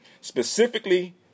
specifically